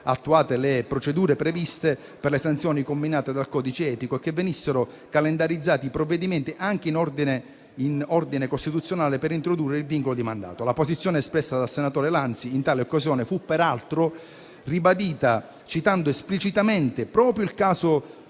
attuate le procedure previste per le sanzioni comminate dal codice etico e che venissero calendarizzati provvedimenti anche di ordine costituzionale per introdurre il vincolo di mandato. La posizione espressa dal senatore Lanzi in tale occasione fu peraltro ribadita - citando esplicitamente proprio il caso